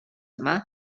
yma